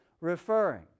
referring